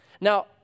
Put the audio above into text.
Now